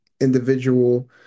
individual